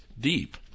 deep